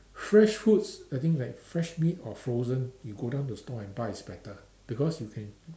fresh foods I think like fresh meat or frozen you go down the store and buy is better because you can